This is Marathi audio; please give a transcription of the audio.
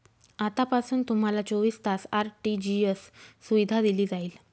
आतापासून तुम्हाला चोवीस तास आर.टी.जी.एस सुविधा दिली जाईल